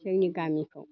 जोंनि गामिखौ